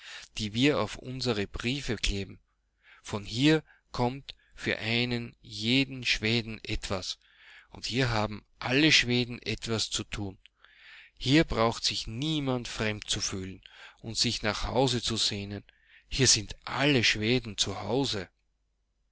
die wir auf unsere briefe kleben von hier kommt für einen jeden schweden etwas und hier haben alle schweden etwas zu tun hier braucht sich niemand fremd zu fühlen und sich nach hause zu sehnen hier sindalleschwedenzuhause